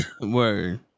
Word